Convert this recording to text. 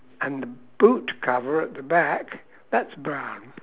and the boot cover at the back that's brown